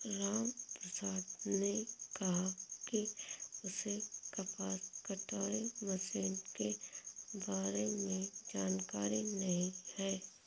रामप्रसाद ने कहा कि उसे कपास कटाई मशीन के बारे में जानकारी नहीं है